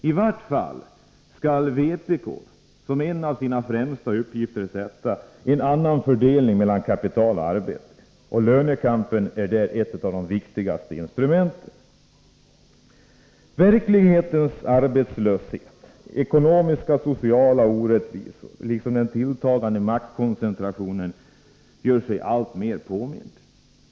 I vart fall skall vpk som en av sina främsta uppgifter sätta en annan fördelning mellan kapital och arbete, och lönekampen är där ett av de viktigaste instrumenten. Verklighetens arbetslöshet, ekonomiska och sociala orättvisor liksom den tilltagande maktkoncentrationen gör sig allt mer påminda.